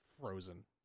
frozen